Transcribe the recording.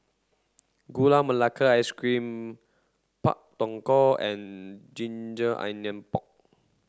Gula Melaka Ice cream Pak Thong Ko and Ginger Onion Pork